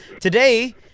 Today